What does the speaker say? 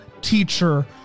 teacher